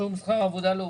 לתת